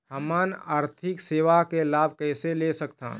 हमन आरथिक सेवा के लाभ कैसे ले सकथन?